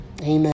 amen